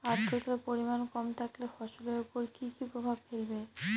আদ্রর্তার পরিমান কম থাকলে ফসলের উপর কি কি প্রভাব ফেলবে?